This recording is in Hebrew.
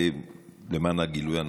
ולמען הגילוי הנאות,